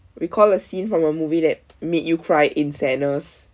recall a scene from a movie that made you cry in sadness